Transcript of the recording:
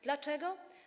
Dlaczego?